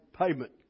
payment